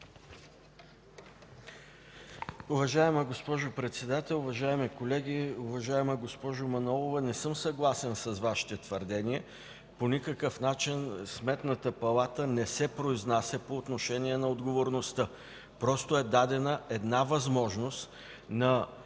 Уважаема госпожо Председател, уважаеми колеги! Уважаема госпожо Манолова, не съм съгласен с Вашите твърдения. По никакъв начин Сметната палата не се произнася по отношение на отговорността. Просто е дадена една възможност на